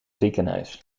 ziekenhuis